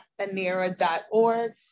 anira.org